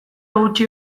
gutxi